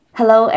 Hello